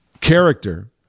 character